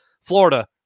Florida